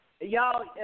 Y'all